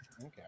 Okay